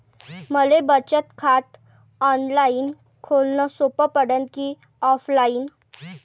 मले बचत खात ऑनलाईन खोलन सोपं पडन की ऑफलाईन?